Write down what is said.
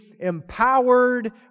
empowered